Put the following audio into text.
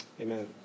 amen